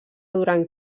durant